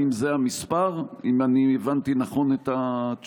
האם זה המספר, אם אני הבנתי נכון את התשובה?